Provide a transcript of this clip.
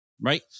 Right